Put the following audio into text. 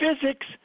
physics